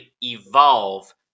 evolve